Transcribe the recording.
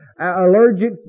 allergic